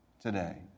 today